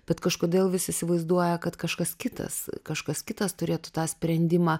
bet kažkodėl vis įsivaizduoja kad kažkas kitas kažkas kitas turėtų tą sprendimą